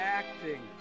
acting